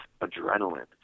adrenaline